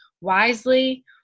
wisely